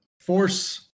force